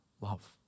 love